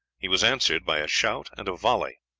he was answered by a shout and a volley.